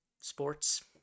sports